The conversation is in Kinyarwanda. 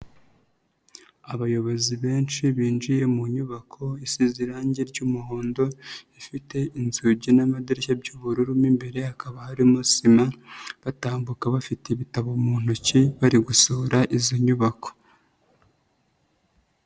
Abayobozi benshi binjiye mu nyubako isize irange ry'umuhondo, ifite inzugi n'amadirishya by'ubururu mo imbere hakaba harimo sima, batambuka bafite ibitabo mu ntoki bari gusura izo nyubako.